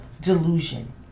delusion